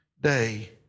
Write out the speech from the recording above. day